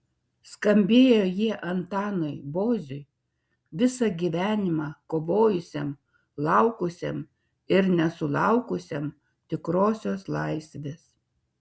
skambėjo jie antanui boziui visą gyvenimą kovojusiam laukusiam ir nesulaukusiam tikrosios laisvės